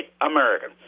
American